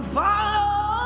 follow